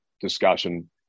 discussion